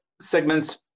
segments